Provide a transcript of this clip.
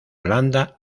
holanda